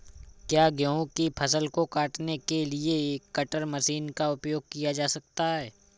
क्या गेहूँ की फसल को काटने के लिए कटर मशीन का उपयोग किया जा सकता है?